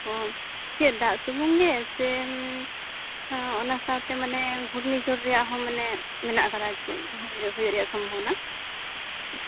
ᱚᱸᱻ ᱪᱮᱫ ᱫᱟᱜ ᱥᱮᱢᱩᱝ ᱜᱮ ᱥᱮ ᱚᱱᱟ ᱥᱟᱶᱛᱮ ᱢᱟᱱᱮ ᱜᱷᱩᱨᱱᱤ ᱡᱷᱚᱲ ᱨᱮᱱᱟ ᱦᱚᱸ ᱢᱟᱱᱮ ᱢᱮᱱᱟᱜ ᱟᱠᱟᱫᱟ ᱟᱨ ᱪᱮᱫ ᱦᱩᱭᱩᱜ ᱨᱮᱱᱟ ᱥᱚᱢᱵᱷᱚᱵᱚᱱᱟ